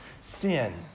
sin